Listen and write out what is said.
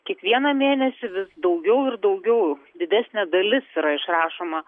kiekvieną mėnesį vis daugiau ir daugiau didesnė dalis yra išrašoma